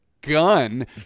Gun